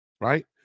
right